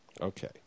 okay